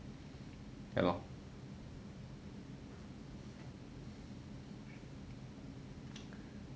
ya lor